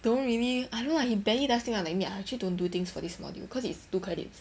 don't really I don't lah he barely does things lah like me lah I actually don't do things for this module cause it's two credits